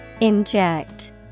Inject